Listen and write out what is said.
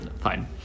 fine